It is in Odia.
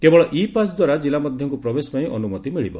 କେବଳ ଇ ପାସ୍ ଦ୍ୱାରା ଜିଲ୍ଲା ମଧ୍ୟକୁ ପ୍ରବେଶ ପାଇଁ ଅନୁମତି ମିଳିବ